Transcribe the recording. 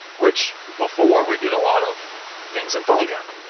which before we did a lot of things in phonegap,